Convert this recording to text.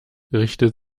richtet